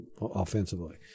offensively